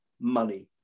money